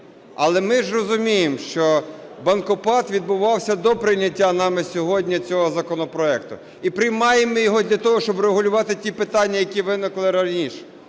Але ми ж розуміємо, що "банкопад" відбувався до прийняття нами сьогодні цього законопроекту, і приймаємо ми його для того, щоб врегулювати ті питання, які виникли раніше.